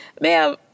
Ma'am